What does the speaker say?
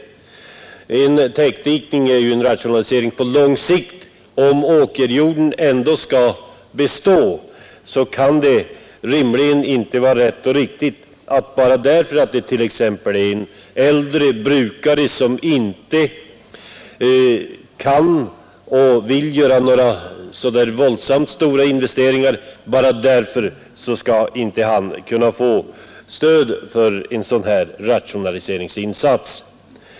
En täckdikning är ju en rationalisering på lång sikt, och om nu en åkerjord skall bestå, så kan det inte vara rätt och riktigt att utesluta ägaren från möjligheterna att göra en sådan rationaliseringsinsats bara därför att vederbörande kanske är litet till åren och inte vill eller kan göra några våldsamt stora investeringar.